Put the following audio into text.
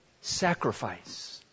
sacrifice